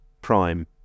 prime